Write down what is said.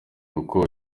kuko